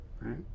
Right